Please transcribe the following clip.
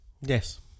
Yes